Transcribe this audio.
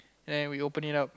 and we open it up